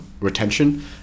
retention